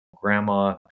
grandma